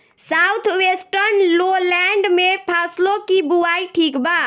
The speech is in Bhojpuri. साउथ वेस्टर्न लोलैंड में फसलों की बुवाई ठीक बा?